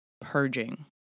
purging